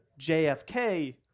JFK